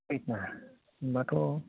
सयता होनबाथ'